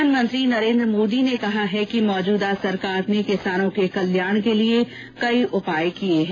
प्रधानमंत्री नरेन्द्र मोदी ने कहा है कि मौजूदा सरकार ने किसानों के कल्याण के लिए कई उपाय किये हैं